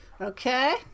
Okay